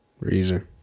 reason